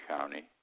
County